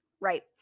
Right